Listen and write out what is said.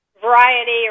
variety